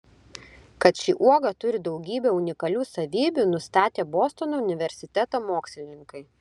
kad ši uoga turi daugybę unikalių savybių nustatė bostono universiteto mokslininkai